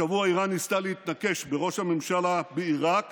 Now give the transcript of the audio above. השבוע איראן ניסתה להתנקש בראש הממשלה בעיראק